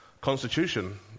constitution